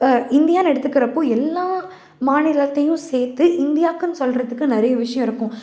இந்தியான்னு எடுத்துக்கிறப்போ எல்லா மாநிலத்தையும் சேர்த்து இந்தியாக்குனு சொல்கிறத்துக்கு நிறைய விஷயம் இருக்கும்